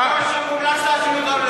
כל ישראל ביתנו,